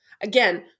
Again